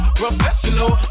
professional